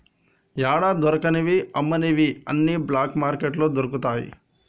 యాడా దొరకని అమ్మనివి అన్ని బ్లాక్ మార్కెట్లో దొరుకుతయి